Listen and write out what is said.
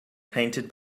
painted